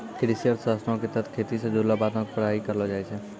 कृषि अर्थशास्त्रो के तहत खेती से जुड़लो बातो के पढ़ाई करलो जाय छै